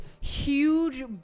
huge